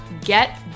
get